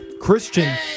Christian